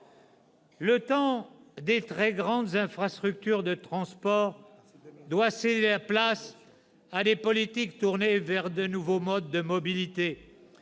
Le temps des très grandes infrastructures de transport doit céder la place à des politiques tournées vers de nouveaux modes de mobilité